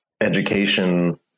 education